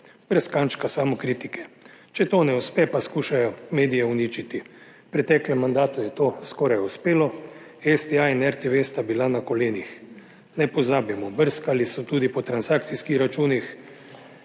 brez kančka samokritike, če to ne uspe, pa skušajo medije uničiti. V preteklem mandatu je to skoraj uspelo, STA in RTV sta bila na kolenih. Ne pozabimo, brskali so tudi po transakcijskih računih